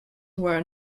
were